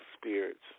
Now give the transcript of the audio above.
spirits